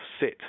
sit